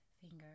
finger